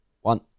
one